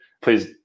Please